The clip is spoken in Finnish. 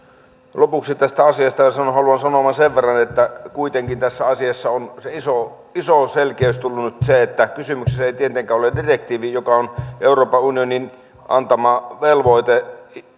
lopuksi tästä asiasta haluan sanoa sen verran että kuitenkin tässä asiassa on se iso iso selkeys tullut että kysymyksessä ei tietenkään ole direktiivi joka on euroopan unionin antama velvoite